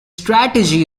strategy